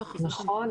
נכון,